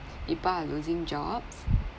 people are losing jobs